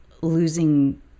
losing